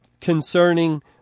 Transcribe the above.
concerning